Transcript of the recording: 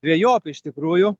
dvejopi iš tikrųjų